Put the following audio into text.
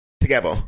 together